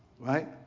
right